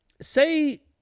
say